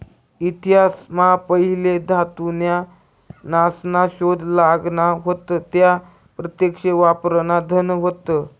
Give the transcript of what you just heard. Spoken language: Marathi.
इतिहास मा पहिले धातू न्या नासना शोध लागना व्हता त्या प्रत्यक्ष वापरान धन होत